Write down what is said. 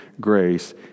grace